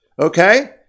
Okay